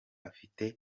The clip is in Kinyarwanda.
afite